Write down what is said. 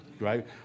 right